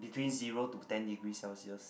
between zero to ten degree Celsius